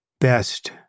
best